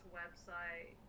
website